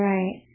Right